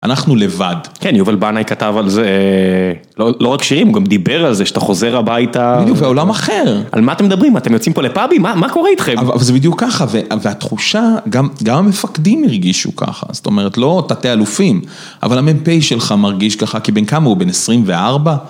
אנחנו לבד. כן, יובל בנאי כתב על זה... לא רק שירים, הוא גם דיבר על זה, שאתה חוזר הביתה... בדיוק, והעולם אחר. על מה אתם מדברים? אתם יוצאים פה לפאבים? מה קורה איתכם? אבל זה בדיוק ככה, והתחושה... גם המפקדים הרגישו ככה. זאת אומרת, לא תתי אלופים, אבל המ״פ שלך מרגיש ככה, כי בין כמה הוא? בין 24?